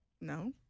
No